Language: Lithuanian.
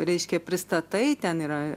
reiškia pristatai ten yra